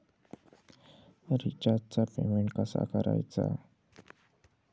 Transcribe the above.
रिचार्जचा पेमेंट कसा करायचा?